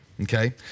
Okay